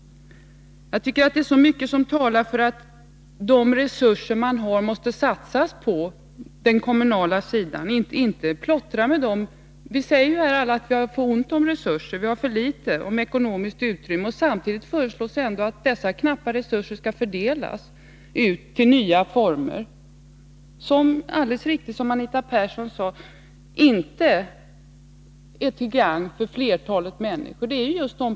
Det är mycket som talar för att de resurser vi har måste satsas på den kommunala sidan. Vi får inte plottra med dem. Vi säger alla att vi har ont om resurser, att vi har för litet ekonomiskt utrymme. Och samtidigt föreslås ändå att dessa knappa resurser skall fördelas till nya former av barntillsyn, som inte är till gagn — vilket Anita Persson alldeles riktigt sade — för flertalet människor.